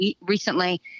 recently